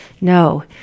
no